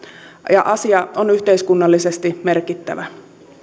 ja asia on yhteiskunnallisesti merkittävä